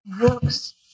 works